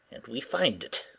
and we find it,